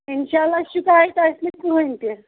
اِنشااللہ شِکایَت آسہِ نہٕ کٕہٕنۍ تہِ